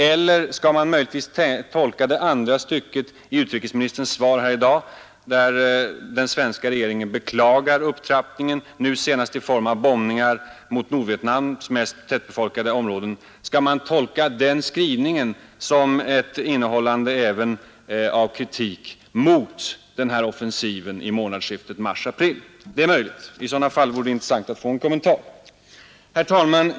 I utrikesministerns svar sägs att svenska regeringen ”ser med djupaste allvar på den fortlöpande upptrappningen av kriget, nu senast i form av bombningar mot Nordvietnams mest tätbefolkade områden”. Möjligtvis skall man tolka denna skrivning så att den innebär kritik även mot offensiven vid månadsskiftet mars-april; om så är fallet, vore det intressant att få en kommentar. Herr talman!